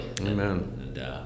Amen